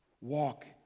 Walk